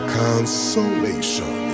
consolation